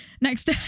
next